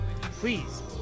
please